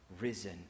risen